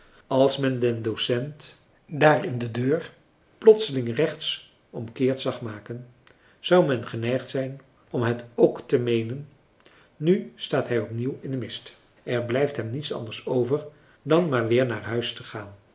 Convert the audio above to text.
als men den docent daar in de deur plotseling rechtsomkeert zag maken zou men geneigd zijn om het k te meenen nu staat hij opnieuw in de mist er blijft hem niets anders over dan maar weer naar huis te gaan